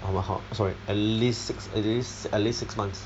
ho~ ma~ ho~ sorry at least six at least at least six months